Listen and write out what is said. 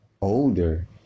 older